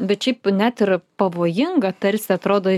bet šiaip net ir pavojinga tarsi atrodo